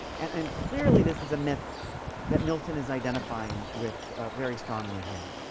and and clearly this is a myth that milton is identifying with very strongly here